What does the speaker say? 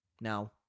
Now